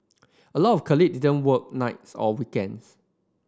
a lot of colleague didn't work nights or weekends